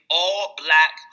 all-black